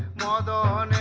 da da